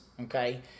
Okay